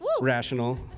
Rational